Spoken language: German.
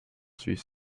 süß